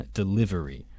delivery